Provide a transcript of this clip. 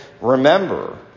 remember